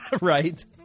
right